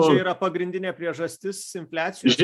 čia yra pagrindinė priežastis infliacijos